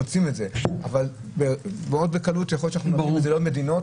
אבל מאוד בקלות יכול להיות שזה יהיה בעוד מדינות